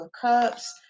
Cups